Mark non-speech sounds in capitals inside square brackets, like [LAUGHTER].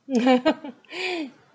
[LAUGHS]